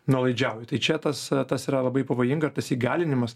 nuolaidžiauju tai čia tas tas yra labai pavojinga ir tas įgalinimas